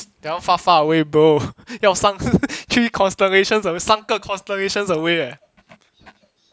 that one far far away bro 要三 three constellations 三个 constellations away